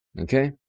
Okay